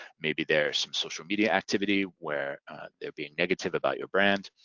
maybe there's some social media activity where they're being negative about your brand.